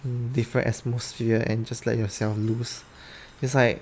different atmosphere and just let yourself loose it's like